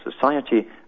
Society